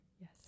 Yes